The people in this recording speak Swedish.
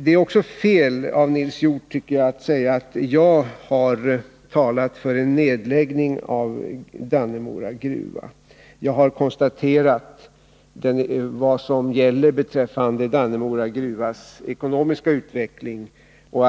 Det är också fel av Nils Hjorth att säga att jag har talat för en nedläggning av Dannemora gruva. Jag har konstaterat vad som gäller för Dannemora gruvas ekonomiska utveckling och